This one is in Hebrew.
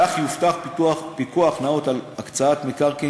כך יובטח פיקוח נאות על הקצאת מקרקעין